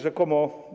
rzekomo.